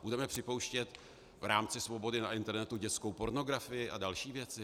Budeme připouštět v rámci svobody na internetu dětskou pornografii a další věci?